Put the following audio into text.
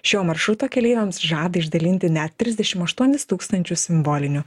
šio maršruto keleiviams žada išdalinti net trisdešim aštuonis tūkstančius simbolinių